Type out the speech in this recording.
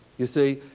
you see?